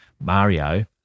Mario